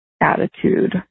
attitude